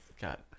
got